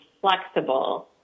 flexible